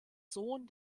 sohn